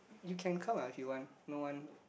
you can come ah if you want no one